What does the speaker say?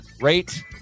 rate